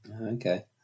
Okay